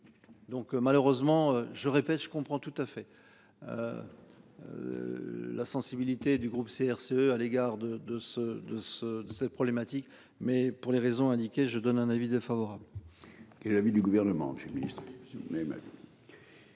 Donc malheureusement, je répète, je comprends tout à fait. La sensibilité du groupe CRCE à l'égard de de ce de ce, de ces problématiques. Mais pour les raisons indiquées, je donne un avis défavorable. Et l'avis du gouvernement féministe.